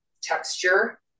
texture